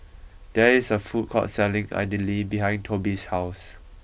there is a food court selling Idili behind Toby's house